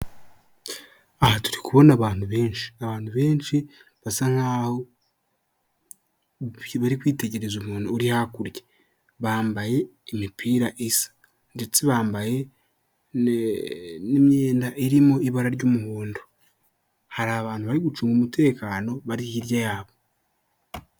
Aha turi kubona abantu benshi, abantu benshi basa nkaho bari kwitegereza umuntu uri hakurya, bambaye imipira isa ndetse bambaye n'imyenda iri mu ibara ry'umuhondo, hari abantu bari gucunga umutekano bari hirya yabo.